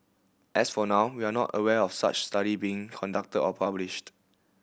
as for now we are not aware of such study being conducted or published